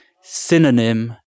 synonym